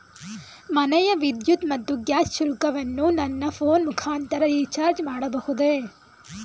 ಮನೆಯ ವಿದ್ಯುತ್ ಮತ್ತು ಗ್ಯಾಸ್ ಶುಲ್ಕವನ್ನು ನನ್ನ ಫೋನ್ ಮುಖಾಂತರ ರಿಚಾರ್ಜ್ ಮಾಡಬಹುದೇ?